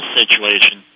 situation